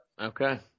Okay